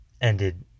ended